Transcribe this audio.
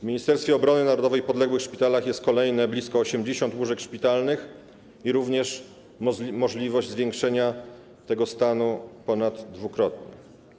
W Ministerstwie Obrony Narodowej i podległych szpitalach jest kolejne blisko 80 łóżek szpitalnych i również istnieje możliwość zwiększenia tego stanu ponaddwukrotnie.